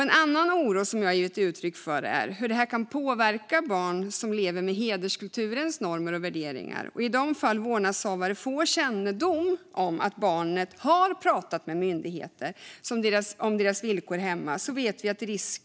En annan oro som jag har givit uttryck för är hur detta kan påverka barn som lever med hederskulturens normer och värderingar. Vi vet att risken för utsatthet ökar avsevärt i de fall där vårdnadshavare får kännedom om att barnet har pratat med myndigheter om sina villkor hemma.